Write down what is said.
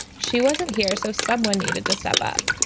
she wasn't here, so someone needed to step up.